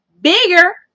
bigger